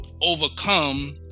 overcome